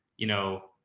you know,